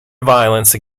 violence